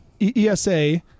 ESA